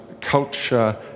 culture